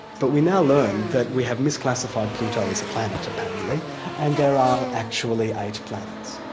but we now learn that we have misclassified pluto as a planet apparently and there are actually eight planets.